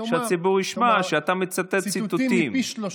שהציבור ישמע שאתה מצטט ציטוטים.